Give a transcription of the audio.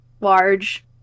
large